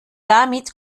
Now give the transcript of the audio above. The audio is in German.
damit